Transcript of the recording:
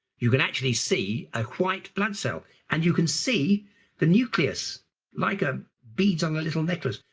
you can actually see a white blood cell, and you can see the nucleus like a bead on a little necklace,